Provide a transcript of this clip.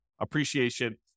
appreciation